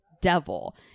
devil